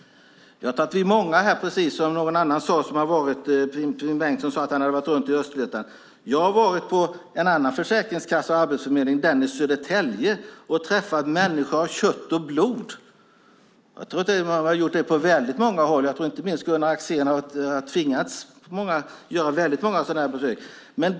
Finn Bengtsson sade att han har åkt runt i Östergötland. Jag har varit på en försäkringskassa och arbetsförmedling i Södertälje och träffat människor av kött och blod. Jag tror att det har skett på många håll. Jag tror inte minst Gunnar Axén har tvingats göra många sådana besök.